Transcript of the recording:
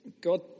God